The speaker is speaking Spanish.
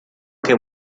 que